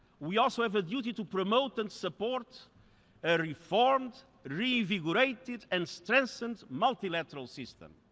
we also have a duty to promote and support a reformed, reinvigorated and strengthened multilateral system.